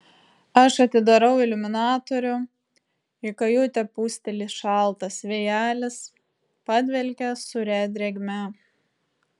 aš atidariau iliuminatorių į kajutę pūsteli šaltas vėjelis padvelkia sūria drėgme